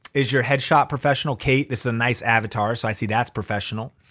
is your headshot professional, kate? this is a nice avatar, so i see that's professional.